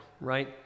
right